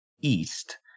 east